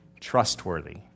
Trustworthy